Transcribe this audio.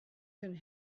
can